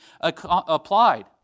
applied